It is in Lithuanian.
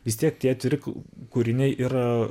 vis tiek tie atviri kūriniai ir